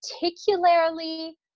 particularly